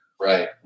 right